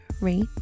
rate